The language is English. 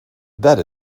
that